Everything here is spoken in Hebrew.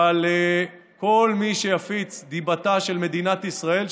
אבל כל מי שיפיץ דיבתה של מדינת ישראל,